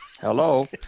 Hello